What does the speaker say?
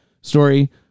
story